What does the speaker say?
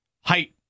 height